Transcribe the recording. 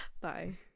bye